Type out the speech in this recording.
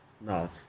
no